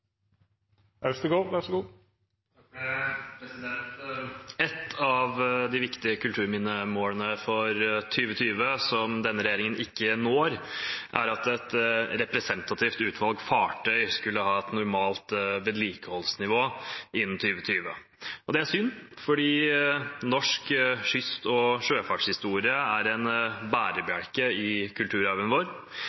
om, og så vil Stortinget tidsnok verte informert om det. Et av de viktige kulturminnemålene for 2020 som denne regjeringen ikke når, er at et representativt utvalg fartøy skulle hatt et normalt vedlikeholdsnivå innen 2020. Det er synd, for norsk kyst- og sjøfartshistorie er en